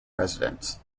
residents